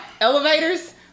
elevators